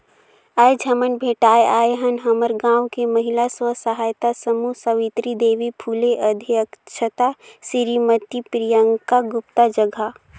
आयज हमन भेटाय आय हन हमर गांव के महिला स्व सहायता समूह सवित्री देवी फूले अध्यक्छता सिरीमती प्रियंका गुप्ता जघा